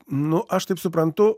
nu aš taip suprantu